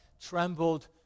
trembled